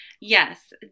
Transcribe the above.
Yes